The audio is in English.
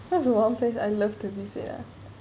that's the one place I love to visit ah